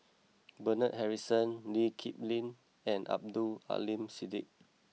Bernard Harrison Lee Kip Lin and Abdul Aleem Siddique